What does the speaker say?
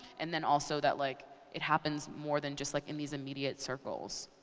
and then also that like it happens more than just like in these immediate circles.